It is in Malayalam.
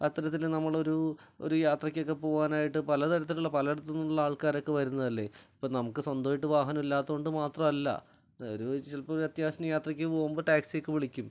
അത്തരത്തിൽ നമ്മളൊരു ഒരു യാത്രക്കൊക്കെ പോകാനായിട്ട് പല തരത്തിലുള്ള പല ഇടത്തു നിന്നുള്ള ആൾക്കാരൊക്കെ വരുന്നതല്ലേ അപ്പോൾ നമുക്ക് സ്വന്തമായിട്ട് വാഹനം ഇല്ലാത്തതുകൊണ്ട് മാത്രമല്ല ഒരു ചിലപ്പം ഒരു അത്യാവശ്യം യാത്രക്കു പോകുമ്പോൾ ടാക്സി ഒക്കെ വിളിക്കും